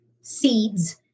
seeds